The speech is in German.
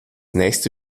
nächste